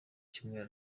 icyumweru